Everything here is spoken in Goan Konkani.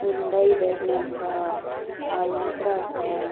हुंदय वेर्ना आसा आलंत्र आसा